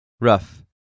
rough